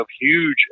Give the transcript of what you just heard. huge